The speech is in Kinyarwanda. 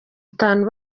itanu